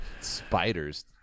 Spiders